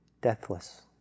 deathless